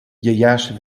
jasje